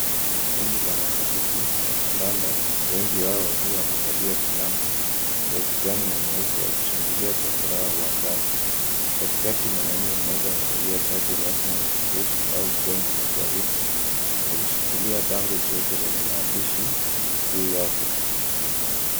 Kundi la mashabiki i wa kandanda wengi wao wakiwa wamevalia fulana za kijani na nyeupe wakishangilia kwa furaha uwanjani. Katikaki mwanaume mmoja amevalia shati rasmi ya kijeshi au bendi ya gwaride akishikilia bango jeupe lenye maandishi juu yake.